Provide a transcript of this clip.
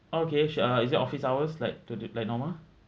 okay sure uh is it office hours like to t~ like normal